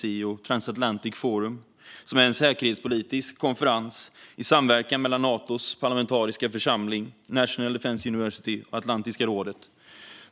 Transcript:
vid Transatlantic Forum, som är en säkerhetspolitisk konferens i samverkan mellan Natos parlamentariska församling, National Defence University och Atlantiska rådet.